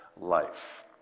life